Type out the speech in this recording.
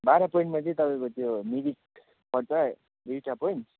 बाह्र पोइन्टमा चाहिँ तपाईँको त्यो मिरिक पर्छ दुईटा पोइन्ट